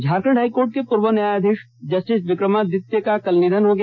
Jharkhand high court के पूर्व न्यायाधीश जस्टिस विक्रमादित्य का कल निधन हो गया